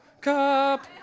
cup